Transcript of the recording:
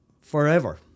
forever